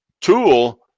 tool